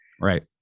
right